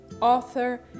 author